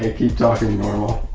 ah keep talking normal.